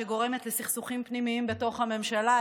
שגורמת לסכסוכים פנימיים בתוך הממשלה,